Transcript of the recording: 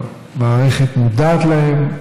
המערכת מודעת להם,